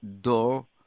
door